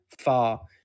far